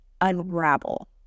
unravel